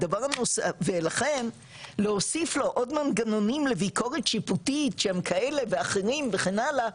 ולכן להוסיף לו עוד מנגנונים לביקורת שיפוטית שהם כאלה ואחרים וכן הלאה,